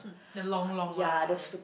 the long long one